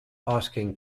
asking